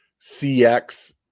cx